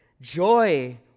Joy